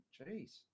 Jeez